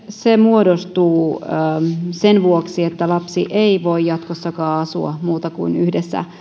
se muodostuu ongelmaksi sen vuoksi että lapsi ei voi jatkossakaan asua muuta kuin yhdessä